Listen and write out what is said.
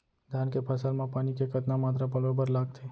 धान के फसल म पानी के कतना मात्रा पलोय बर लागथे?